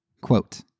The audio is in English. Quote